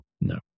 No